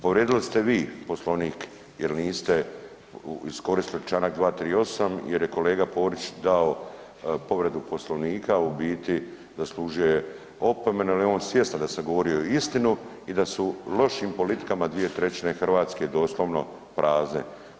Povrijedili ste vi Poslovnik, jer niste iskoristili Članak 238. jer je kolega Borić dao povredu Poslovnika, a u biti zaslužio je opomenu jer je on svjestan da sam govorio istinu i da su lošim politikama 2/3 Hrvatske doslovno prazne.